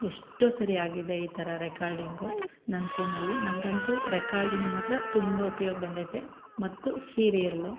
ಎಷ್ಟೋ ಸಾರಿ ಆಗಿದೆ ಈ ಥರ ರೆಕಾರ್ಡಿಂಗು ನನ್ನ ಫೋನಲ್ಲಿ ನಂಗಂತೂ ರೆಕಾರ್ಡಿಂಗ್ ಮಾತ್ರ ತುಂಬ ಉಪ್ಯೋಗ ಬಂದೈತೆ ಮತ್ತು ಸೀರಿಯಲ್ಲು